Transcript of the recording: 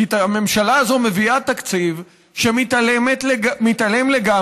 כי הממשלה הזאת מביאה תקציב שמתעלם לגמרי